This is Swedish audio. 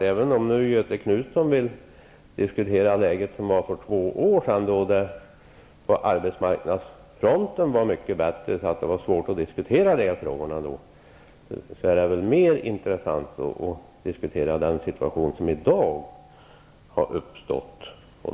Även om Göthe Knutson vill diskutera läget för två år sedan, då det på arbetsmarknadsfronten var mycket bättre och det var svårt att diskutera dessa frågor, är det väl mer intressant att diskutera den situation som i dag har uppstått.